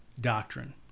doctrine